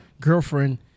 girlfriend